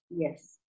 Yes